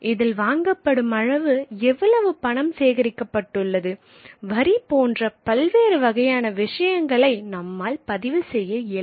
இதில் வாங்கப்படும் அளவு எவ்வளவு பணம் சேகரிக்கப்பட்டுள்ளது வரி போன்ற பல்வேறு வகையான விஷயங்களை நம்மால் பதிவு செய்ய இயலும்